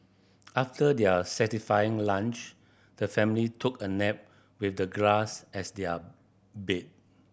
after their satisfying lunch the family took a nap with the grass as their bed